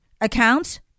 accounts